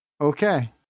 Okay